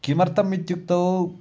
किमर्थम् इत्युक्तौ